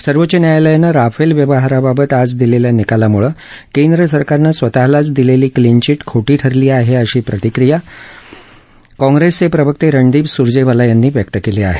सर्वोच्च न्यायालयानं राफेल व्यवहाराबाबत आज दिलेल्या निकालामुळे केंद्रसरकारनं स्वतःलाच दिलेली क्लिन चीट खोटी ठरली आहे अशी प्रतिक्रिया काँग्रेसचे प्रवक्ते रणदिप सुरजेवाला यांनी व्यक्त केली आहे